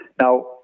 Now